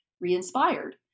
re-inspired